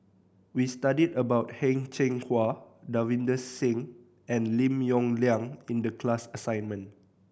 we studied about Heng Cheng Hwa Davinder Singh and Lim Yong Liang in the class assignment